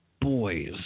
Boys